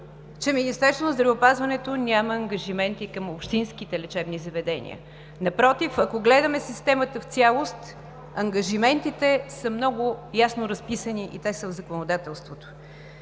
че Министерството на здравеопазването няма ангажименти към общинските лечебни заведения. Напротив, ако гледаме системата в цялост, ангажиментите са много ясно разписани и те са в законодателството.